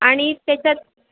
आणि त्याच्यात